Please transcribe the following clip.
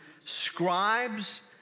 scribes